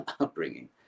upbringing